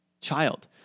child